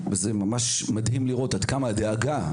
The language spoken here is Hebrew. חברים,